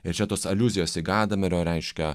ir čia tos aliuzijos į gadamerio reiškia